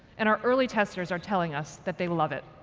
and our early testers are telling us that they love it.